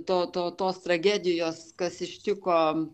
to to tos tragedijos kas ištiko